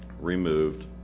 removed